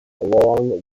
along